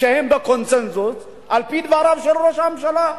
שהם בקונסנזוס על-פי דבריו של ראש הממשלה,